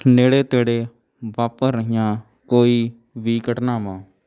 ਨੇੜੇ ਤੇੜੇ ਵਾਪਰ ਰਹੀਆਂ ਕੋਈ ਵੀ ਘਟਨਾਵਾਂ